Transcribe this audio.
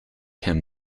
him